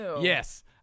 Yes